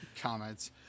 comments